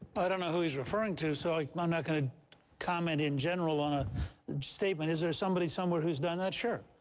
i don't know who he's referring to, so i'm not going to comment in general on a statement. is there somebody somewhere who's done that? sure.